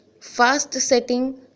fast-setting